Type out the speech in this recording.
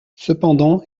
cependant